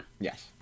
yes